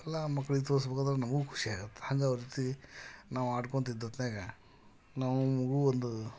ಎಲ್ಲ ಮಕ್ಳಿಗೆ ತೋರ್ಸ್ಬೇಕಾದ್ರೆ ನಮಗೂ ಖುಷಿ ಆಗುತ್ತೆ ಹಂಗೆ ಅವ್ರ ಜೊತೆ ನಾವು ಆಡ್ಕೊಳ್ತಿದ್ದ ಹೊತ್ನಾಗ ನಾವೂ ಮಗು ಒಂದು